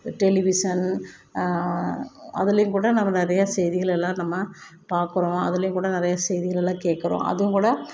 television அதுலேயும் கூட நம்ம நிறையா செய்திகளெல்லாம் நம்ம பார்க்குறோம் அதுலேயும் கூட நிறைய செய்திகளெல்லாம் கேட்குறோம் அதுவும் கூட